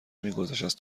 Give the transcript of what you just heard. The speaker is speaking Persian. میگذشت، از